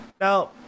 Now